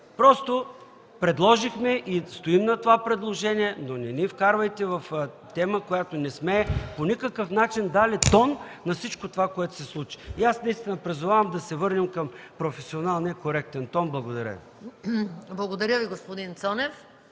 просто предложихме и стоим на това предложение, но не ни вкарвайте в тема, която не сме по никакъв начин дали тон на всичко това, което се случи. И аз наистина призовавам да се върнем към професионалния, коректен тон. Благодаря Ви. ПРЕДСЕДАТЕЛ МАЯ МАНОЛОВА: Благодаря Ви, господин Цонев.